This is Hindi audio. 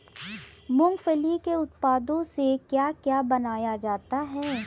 मूंगफली के उत्पादों से क्या क्या बनाया जाता है?